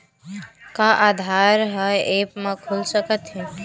का आधार ह ऐप म खुल सकत हे?